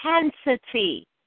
intensity